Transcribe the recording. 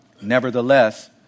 Nevertheless